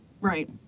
Right